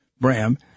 Bram